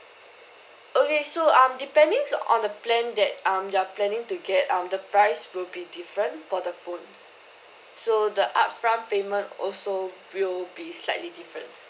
okay so um depending on the plan that um you're planning to get um the price will be different for the phone so the upfront payment also will be slightly different